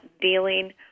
dealing